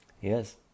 Yes